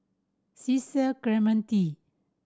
Cecil Clementi